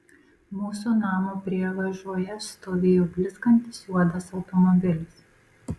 mūsų namo prievažoje stovėjo blizgantis juodas automobilis